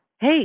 hey